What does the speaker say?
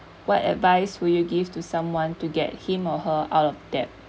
what advice will you give to someone to get him or her out of debt